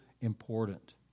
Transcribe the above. important